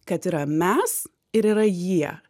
kad yra mes ir yra jie